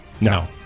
No